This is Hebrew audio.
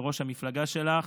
לראש המפלגה שלך,